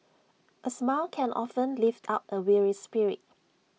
A smile can often lift up A weary spirit